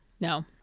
No